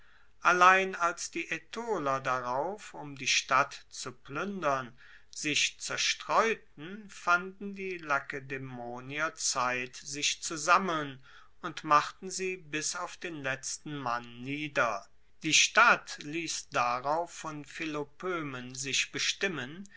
allein als die aetoler darauf um die stadt zu pluendern sich zerstreuten fanden die lakedaemonier zeit sich zu sammeln und machten sie bis auf den letzten mann nieder die stadt liess darauf von philopoemen sich bestimmen